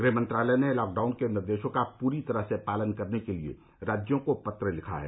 गृह मंत्रालय ने लॉकडाउन के निर्देशों का पूरी तरह पालन करने के लिए राज्यों को पत्र लिखा है